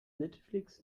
netflix